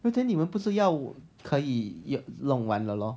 but then 你们不是要可以弄完了 lor